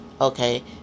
Okay